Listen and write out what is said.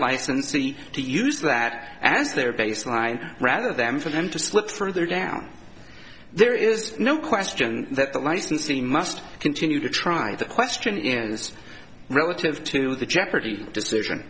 licensee to use that as their baseline rather them for them to slip further down there is no question that the licensing must continue to try the question is relative to the jeopardy decision